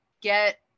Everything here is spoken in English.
get